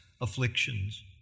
afflictions